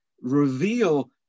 reveal